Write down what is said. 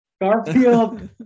Garfield